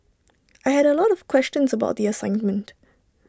I had A lot of questions about the assignment